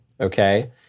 okay